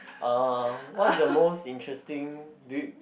uh what's the most interesting do you